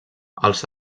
els